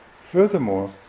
Furthermore